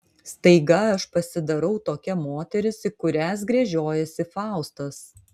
staiga aš pasidarau tokia moteris į kurias gręžiojasi faustas